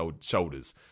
shoulders